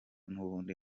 n’ubundi